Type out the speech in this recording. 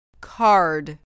Card